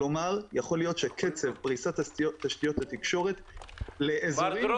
כלומר יכול להיות שקצב פריסת תשתיות תקשורת לאזורים